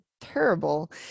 terrible